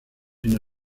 une